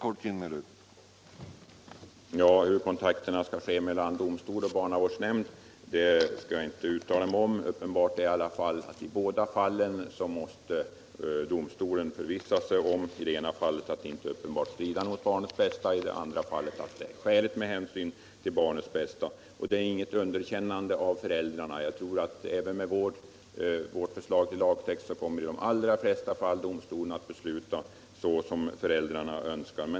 Herr talman! Hur kontakterna skall ske mellan domstol och barnavårdsnämnd skall jag inte uttala mig om. Uppenbart är under alla förhållanden att domstolen i båda fallen måste förvissa sig om, i det ena fallet att gemensam vårdnad inte är uppenbart stridande mot barnets bästa, i det andra fallet att gemensam vårdnad är skälig med hänsyn till barnets bästa. Det innebär inget underkännande av föräldrarna. Jag tror att även med vårt förslag till lagtext kommer i de allra flesta fall domstolen att besluta så som föräldrarna önskar.